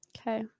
Okay